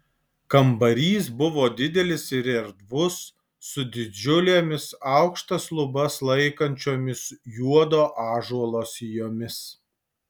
kambarys buvo didelis ir erdvus su didžiulėmis aukštas lubas laikančiomis juodo ąžuolo sijomis